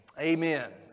Amen